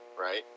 right